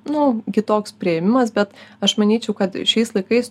nu kitoks priėmimas bet aš manyčiau kad šiais laikais